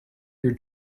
your